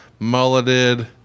mulleted